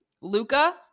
Luca